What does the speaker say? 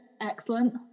excellent